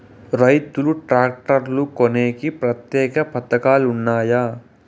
రైతులు ట్రాక్టర్లు కొనేకి ప్రత్యేక పథకాలు ఉన్నాయా?